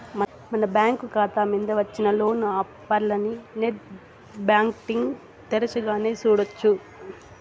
మన బ్యాంకు కాతా మింద వచ్చిన లోను ఆఫర్లనీ నెట్ బ్యాంటింగ్ తెరచగానే సూడొచ్చు